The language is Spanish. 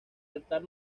altar